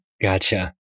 gotcha